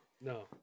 no